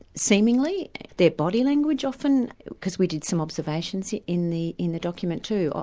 seemingly their body language often because we did some observations in the in the document, too.